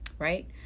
Right